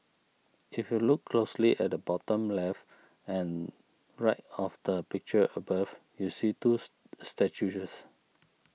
if you look closely at the bottom left and right of the picture above you'll see twos statues